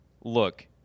look